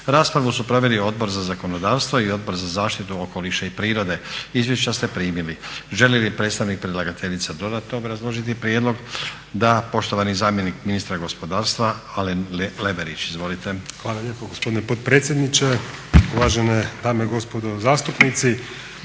Raspravu su proveli Odbor za zakonodavstvo i Odbor za zaštitu okoliša i prirode. Izvješća ste prilimi. Želi li predstavnik predlagateljice dodatno obrazložiti prijedlog? Da. Poštovani zamjenik ministra gospodarstva Alen Leverić. Izvolite. **Leverić, Alen** Zahvaljujem gospodine potpredsjedniče, uvažene dame i gospodo zastupnici.